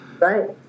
right